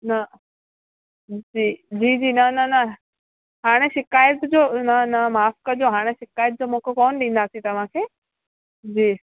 न जी जी जी न न न हाणे शिकायत जो न न माफ़ु कजो हाणे शिकायत जो मौक़ो कोन ॾींदासीं तव्हां खे जी